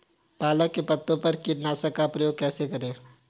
पालक के पत्तों पर कीटनाशक का प्रयोग कैसे करें?